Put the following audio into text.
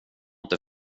inte